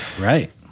right